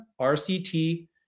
RCT